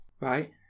Right